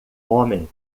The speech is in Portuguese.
homem